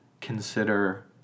consider